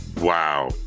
Wow